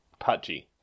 pachi